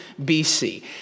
BC